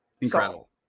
Incredible